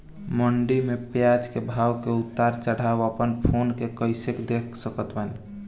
मंडी मे प्याज के भाव के उतार चढ़ाव अपना फोन से कइसे देख सकत बानी?